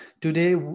today